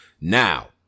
Now